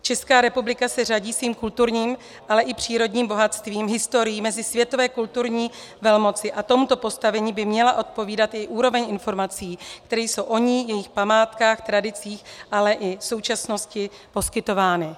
Česká republika se řadí svým kulturním, ale i přírodním bohatstvím, historií mezi světové kulturní velmoci a tomuto postavení by měla odpovídat i úroveň informací, které jsou o ní, jejích památkách, tradicích, ale i současnosti poskytovány.